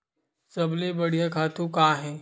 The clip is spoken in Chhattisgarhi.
सबले बढ़िया खातु का हे?